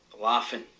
Laughing